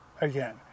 again